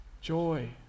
joy